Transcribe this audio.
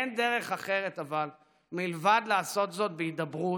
אבל אין דרך אחרת מלבד לעשות זאת בהידברות,